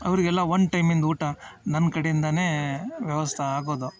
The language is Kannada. ಅವರಿಗೆಲ್ಲ ಒಂದು ಟೈಮಿಂದ ಊಟ ನನ್ನ ಕಡೆಯಿಂದ ವ್ಯವಸ್ಥೆ ಆಗೋದು